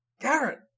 Garrett